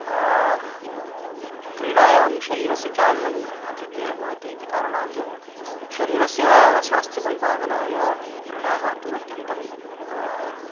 क्रीडायां शरीरस्य चालनम् आधिक्येन भवति इति कारणात् शरीरस्य स्वास्थ्यसम्पादनाय क्रीडाः तु अत्यन्तं